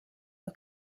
are